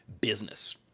business